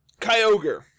Kyogre